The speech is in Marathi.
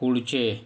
पुढचे